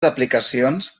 aplicacions